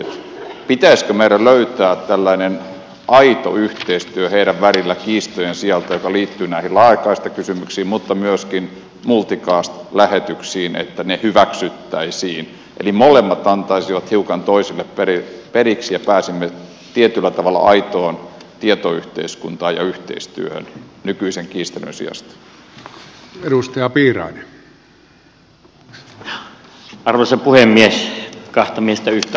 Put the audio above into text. pitäisikö meidän löytää niiden välillä kiistojen sijasta tällainen aito yhteistyö joka liittyy näihin laajakaistakysymyksiin mutta myöskin multicast lähetyksiin että ne hyväksyttäisiin eli molemmat antaisivat hiukan toisilleen periksi ja pääsisimme tietyllä tavalla aitoon tietoyhteiskuntaan ja yhteistyöhön nykyisen kiistelyn sijasta